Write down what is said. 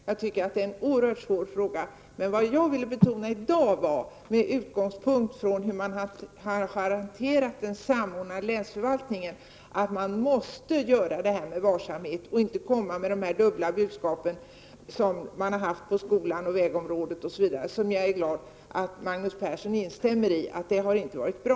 Jag tycker att det är en oerhört svår fråga. Men vad jag ville betona i dag var, med utgångspunkt i hur man har hanterat den samordnade länsförvaltningen, att man måste göra detta varsamt och inte komma med dubbla budskap, som man har gjort på skolans område, på vägområdet osv. Jag är glad att Magnus Persson instämmer i att det inte har varit bra.